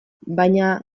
baina